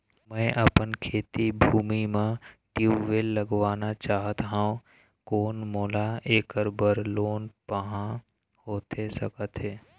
मैं अपन खेती भूमि म ट्यूबवेल लगवाना चाहत हाव, कोन मोला ऐकर बर लोन पाहां होथे सकत हे?